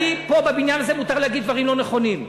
פה בבניין הזה מותר להגיד דברים לא נכונים.